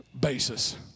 basis